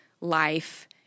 life